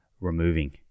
removing